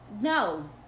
no